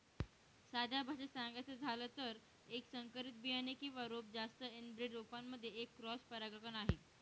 साध्या भाषेत सांगायचं झालं तर, एक संकरित बियाणे किंवा रोप जास्त एनब्रेड रोपांमध्ये एक क्रॉस परागकण आहे